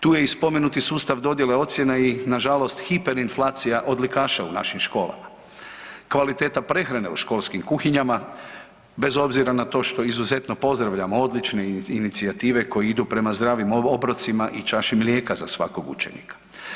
Tu je i spomenuti sustav dodjele ocjena i na žalost hiperinflacija odlikaša u našim školama, kvaliteta prehrane u školskim kuhinjama bez obzira na to što izuzetno pozdravljam odlične inicijative koje idu prema zdravim obrocima i čaši mlijeka za svakog učenika.